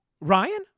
Ryan